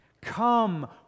Come